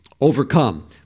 overcome